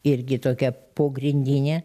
irgi tokia pogrindinė